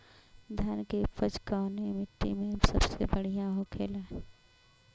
धान की उपज कवने मिट्टी में सबसे बढ़ियां होखेला?